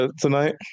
tonight